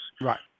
Right